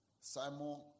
Simon